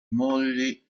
mogli